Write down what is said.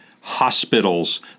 hospitals